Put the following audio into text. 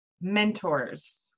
Mentors